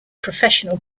professional